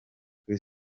kuri